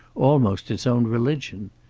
almost its own religion.